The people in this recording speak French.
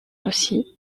aussi